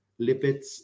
lipids